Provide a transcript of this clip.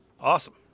awesome